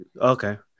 Okay